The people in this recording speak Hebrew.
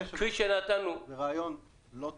זה רעיון לא טוב.